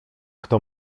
kto